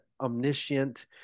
omniscient